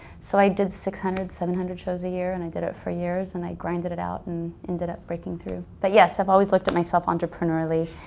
so i did six hundred, seven hundred shows a year and i did it for years and i grinded it out and ended up breaking through. but yes, i've always liked myself entrepreneurially.